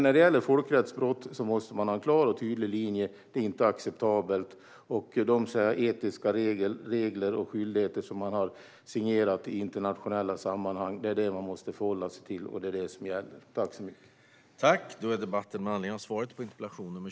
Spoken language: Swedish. När det gäller folkrättsbrott måste man ha en klar och tydlig linje: Det är inte acceptabelt, och de etiska regler och skyldigheter som man har signerat i internationella sammanhang är det som man måste förhålla sig till, och det är det som gäller.